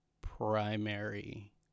primary